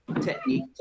technique